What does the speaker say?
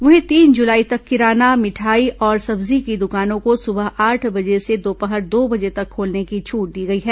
वहीं तीन जुलाई तक किराना मिठाई और सब्जी की दुकानों को सुबह आठ बजे से दोपहर दो बजे तक खोलने की छूट दी गई है